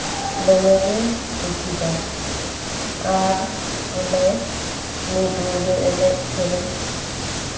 ᱫᱚᱢᱮ ᱜᱮ ᱠᱩᱪᱤᱛᱟ ᱟᱨ ᱚᱸᱰᱮ ᱢᱤᱫ ᱧᱤᱫᱟᱹ ᱮᱱᱮᱡᱼᱥᱮᱹᱨᱮᱹᱧ